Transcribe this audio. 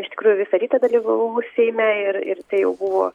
iš tikrųjų visą rytą dalyvavau seime ir ir tai jau buvo